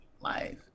life